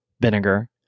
vinegar